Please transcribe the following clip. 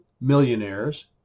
millionaires